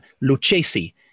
lucchesi